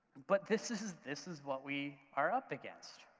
but this is this is what we are up against,